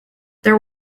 there